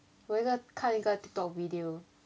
我有一个看一个 tiktok video